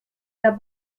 der